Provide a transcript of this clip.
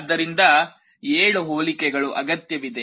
ಆದ್ದರಿಂದ 7 ಹೋಲಿಕೆಗಳು ಅಗತ್ಯವಿದೆ